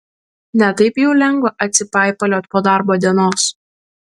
ne taip jau lengva atsipaipaliot po darbo dienos